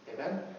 Amen